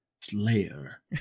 Slayer